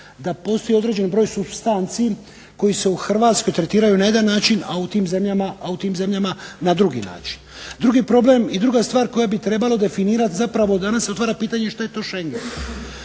da postoji određeni broj supstanci koji se u Hrvatskoj tretiraju na jedan način, a u tim zemljama na drugi način. Drugi problem i druga stvar koju bi trebalo definirati zapravo danas otvara pitanje šta je to Schengen,